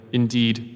indeed